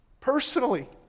personally